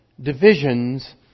divisions